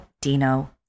Dino